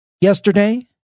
yesterday